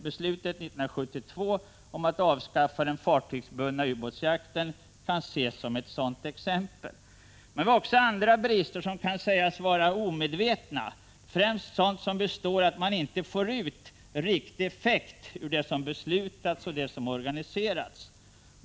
Beslutet 1972 om att avskaffa den fartygsbundna ubåtsjakten var ett sådant exempel. Men vi har också brister som kan sägas vara omedvetna, främst sådana som består i att man inte får ut riktig effekt ur det som har beslutats och organiserats.